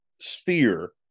sphere